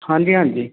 ਹਾਂਜੀ ਹਾਂਜੀ